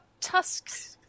tusks